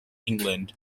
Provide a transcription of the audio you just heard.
england